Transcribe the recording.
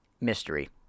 mystery